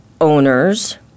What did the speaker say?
owners